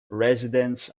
residents